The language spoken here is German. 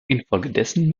infolgedessen